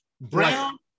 brown